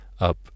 up